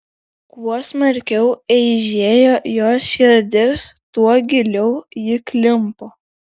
kuo smarkiau eižėjo jos širdis tuo giliau ji klimpo